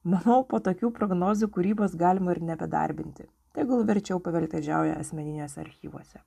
manau po tokių prognozių kūrybos galima ir nebedarbinti tegul verčiau paveltėdžiauja asmeniniuose archyvuose